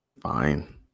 Fine